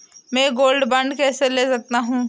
मैं gold bond कैसे ले सकता हूँ?